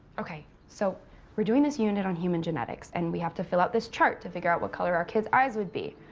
okay. so we're doing this unit on human genetics, and we have to fill out this chart to figure out what color our kids' eyes would be.